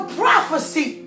prophecy